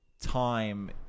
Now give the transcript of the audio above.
time